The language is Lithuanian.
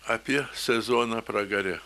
apie sezoną pragare